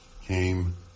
came